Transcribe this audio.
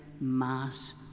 mass